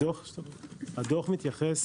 הדוח מתייחס